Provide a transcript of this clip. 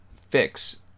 fix